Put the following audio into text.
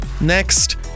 Next